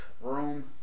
room